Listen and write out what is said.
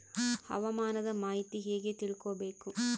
ಹವಾಮಾನದ ಮಾಹಿತಿ ಹೇಗೆ ತಿಳಕೊಬೇಕು?